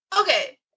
Okay